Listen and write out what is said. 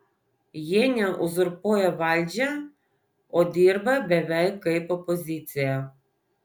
jie ne uzurpuoja valdžią o dirba beveik kaip opozicija